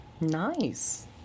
Nice